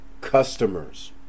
customers